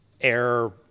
air